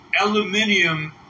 aluminium